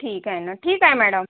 ठीक आहे ना ठीक आहे मॅडम